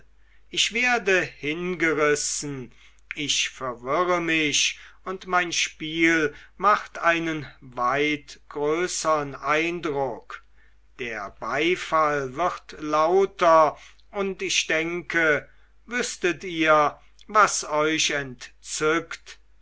ich werde hingerissen ich verwirre mich und mein spiel macht einen weit größern eindruck der beifall wird lauter und ich denke wüßtet ihr was euch entzückt